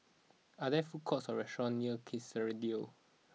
are there food courts or restaurants near Kerrisdale